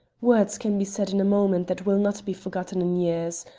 words can be said in a moment that will not be forgotten in years.